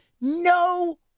No